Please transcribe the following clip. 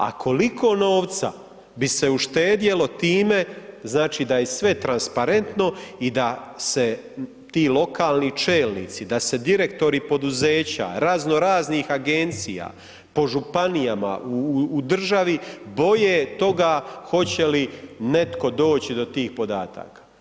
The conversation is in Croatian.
A koliko novca bi se uštedjelo time, znači da je sve transparentno i da se ti lokalni čelnici, da se direktori poduzeća, razno raznih agencija po županijama u državi boje toga hoće li netko doći do tih podataka.